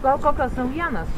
gal kokios naujienos